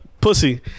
pussy